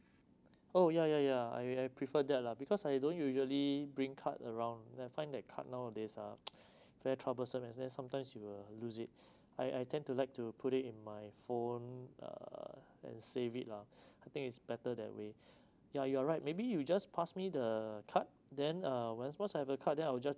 oh yeah yeah yeah I I prefer that lah because I don't usually bring card around I find that card nowadays ah very troublesome and then sometimes you will uh lose it I I tend to like to put it in my phone uh and save it lah I think it's better that way yeah you are right maybe you just pass me the card then uh once I have the card then I'll just